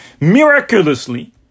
Miraculously